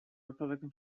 republican